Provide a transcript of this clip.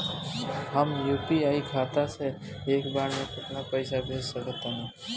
हम यू.पी.आई खाता से एक बेर म केतना पइसा भेज सकऽ तानि?